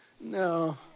No